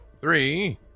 Three